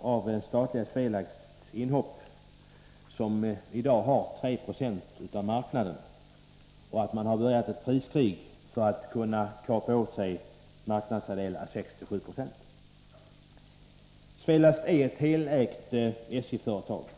av statliga Svelasts inhopp. Svelast, som i dag har ca 3 26 av marknaden, har börjat ett priskrig för att kapa åt sig en marknadsandel på 6-7 96. Svelast är ett av SJ helägt företag.